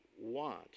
want